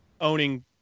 owning